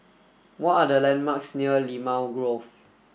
what are the landmarks near Limau Grove